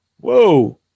Whoa